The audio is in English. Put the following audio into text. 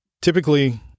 Typically